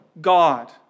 God